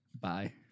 Bye